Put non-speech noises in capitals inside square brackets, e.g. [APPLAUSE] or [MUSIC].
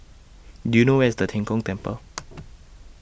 Do YOU know Where IS Tian Kong Temple [NOISE]